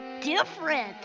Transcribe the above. different